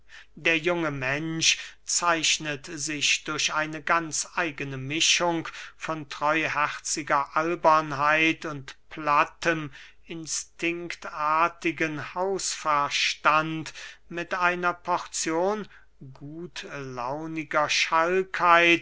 der junge mensch zeichnet sich durch eine ganz eigene mischung von treuherziger albernheit und plattem instinktartigen hausverstand mit einer porzion gutlauniger schalkheit